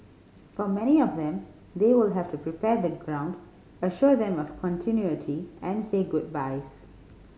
for many of them they will have to prepare the ground assure them of continuity and say goodbyes